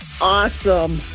awesome